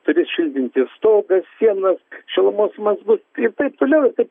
turi šildinti stogą sienas šilumos mazgus ir taip toliau ir taip